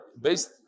based